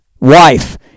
Wife*